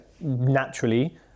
naturally